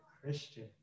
Christian